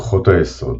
כוחות היסוד